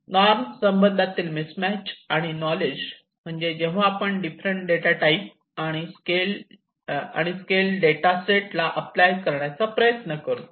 norm संदर्भातील mismatch आणि knowledge म्हणजे जेव्हा आपण डिफरंट डेटा टाइप आणि स्केल डेटा सेटला अप्लाय करण्याचा प्रयत्न करतो